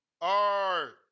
Art